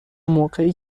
موقعی